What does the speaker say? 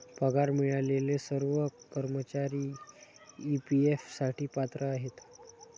पगार मिळालेले सर्व कर्मचारी ई.पी.एफ साठी पात्र आहेत